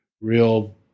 real